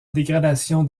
dégradation